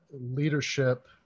leadership